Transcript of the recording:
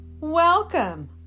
Welcome